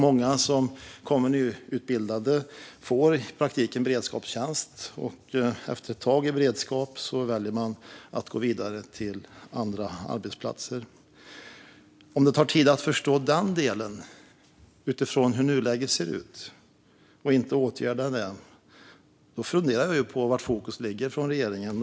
Många nyutbildade får i praktiken beredskapstjänst, och efter ett tag i beredskap väljer man att gå vidare till andra arbetsplatser. Om det tar tid att förstå den delen utifrån hur nuläget ser ut och man inte åtgärdar detta funderar jag på var regeringens fokus ligger.